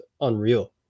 unreal